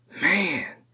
Man